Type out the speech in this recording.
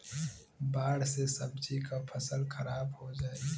बाढ़ से सब्जी क फसल खराब हो जाई